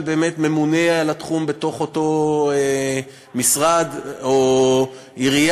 של ממונה על התחום בתוך אותו משרד או עירייה,